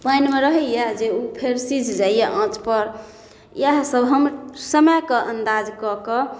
पानिमे रहैया जे फेर ओ सिझ जाइया आँच पर इएह सब हम समयके अन्दाज कऽ कऽ